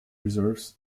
reserves